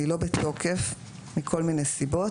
היא לא בתוקף מכול מיני סיבות,